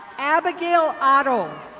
abigail otto.